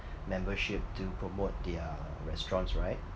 membership to promote their restaurants right